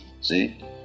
see